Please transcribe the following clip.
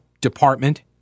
department